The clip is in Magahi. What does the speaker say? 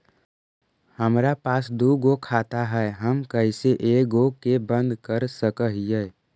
हमरा पास दु गो खाता हैं, हम कैसे एगो के बंद कर सक हिय?